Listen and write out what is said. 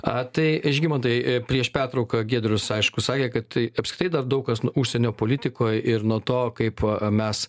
a tai žygimantai prieš pertrauką giedrius aišku sakė kad apskritai dar daug kas nu užsienio politikoj ir nuo to kaip mes